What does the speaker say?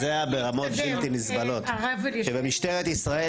זה מזעזע ברמות בלתי נסבלות שבמשטרת ישראל